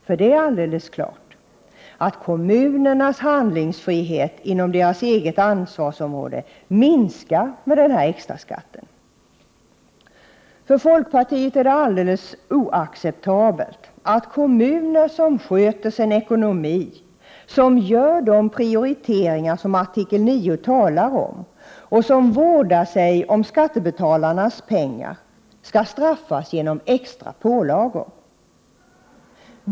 För det är alldeles klart att kommunernas handlingsfrihet inom deras eget ansvarsområde minskar med denna extraskatt. För folkpartiet är det fullständigt oacceptabelt att kommuner som sköter sin ekonomi, som gör de prioriteringar som artikel 9 talar om och som vårdar sig om skattebetalarnas pengar skall straffas genom extra pålagor.